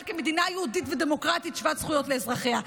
כמדינה יהודית ודמוקרטית שוות זכויות לאזרחיה,